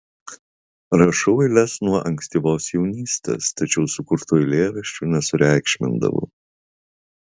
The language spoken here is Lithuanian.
rašau eiles nuo ankstyvos jaunystės tačiau sukurtų eilėraščių nesureikšmindavau